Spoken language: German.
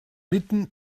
mitten